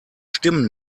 stimmen